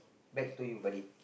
back to you buddy